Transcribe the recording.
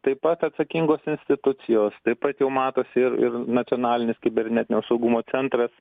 taip pat atsakingos institucijos taip pat jau matosi ir ir nacionalinis kibernetinio saugumo centras